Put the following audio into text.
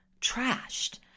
trashed